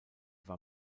war